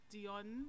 Dion